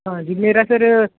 ਹਾਂਜੀ ਮੇਰਾ ਸਰ